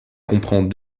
comprend